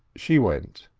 she went.